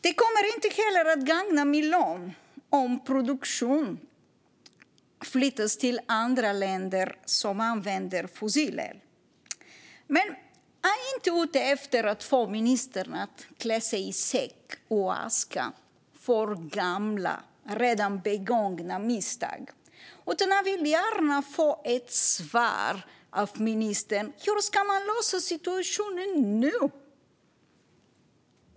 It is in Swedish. Det kommer inte heller att gagna miljön om produktion flyttas till andra länder som använder fossil el. Jag är dock inte ute efter att få ministern att klä sig i säck och aska för gamla, redan begångna misstag. Jag vill i stället gärna få ett svar av ministern på frågan hur man ska lösa situationen nu .